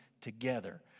together